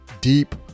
deep